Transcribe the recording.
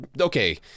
okay